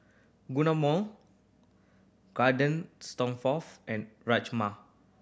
Guacamole Garden and Rajma